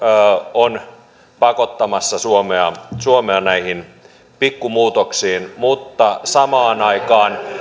on pakottamassa suomea suomea näihin pikku muutoksiin mutta samaan aikaan